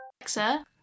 Alexa